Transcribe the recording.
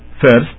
first